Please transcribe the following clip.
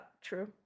true